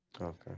Okay